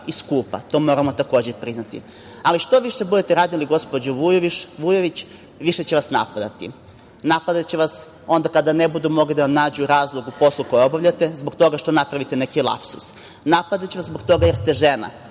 i skupa. To moramo priznati. Ali, što više budete radili, gospođo Vujović, više će vas napadati. Napadaće vas onda kada ne budu mogli da vam nađu razlog u poslu koji obavljate, zbog toga što napravite neki lapsus. Napadaće vas zbog toga jer ste žena,